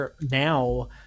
Now